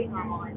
Normal